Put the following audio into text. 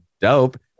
dope